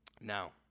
Now